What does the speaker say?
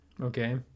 okay